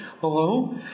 hello